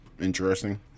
interesting